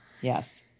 yes